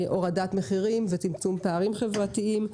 הורדת מחירים וצמצום פערים חברתיים,